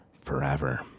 Forever